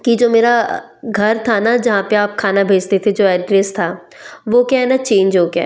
कि जो मेरा घर था न जहाँ पर आप खाना भेजते थे जो एड्रेस था वो क्या है न चेंज हो गया है